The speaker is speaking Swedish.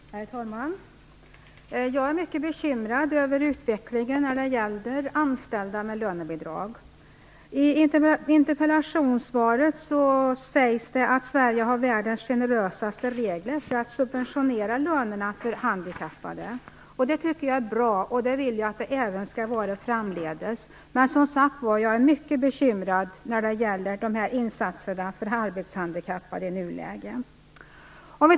Herr talman! Jag är mycket bekymrad över utvecklingen när det gäller anställda med lönebidrag. I interpellationssvaret sägs det att Sverige har världens generösaste regler för att subventionera lönerna för handikappade. Det tycker jag är bra. Så vill jag att det skall vara även framdeles. Men jag är som sagt var mycket bekymrad när det gäller insatserna för de arbetshandikappade i nuläget.